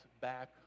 back